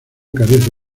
carece